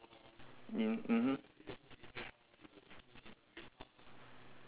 in mmhmm